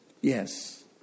yes